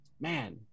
man